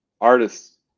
artists